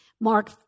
Mark